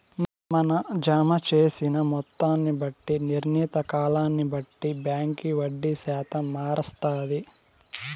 మన జమ జేసిన మొత్తాన్ని బట్టి, నిర్ణీత కాలాన్ని బట్టి బాంకీ వడ్డీ శాతం మారస్తాది